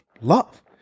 love